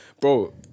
Bro